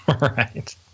Right